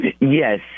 Yes